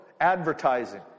advertising